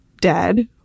dead